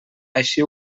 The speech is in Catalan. així